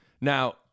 Now